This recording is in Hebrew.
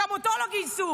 שגם אותו לא גייסו?